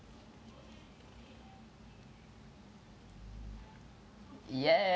yeah